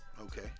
Okay